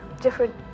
Different